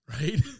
right